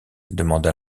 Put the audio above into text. demanda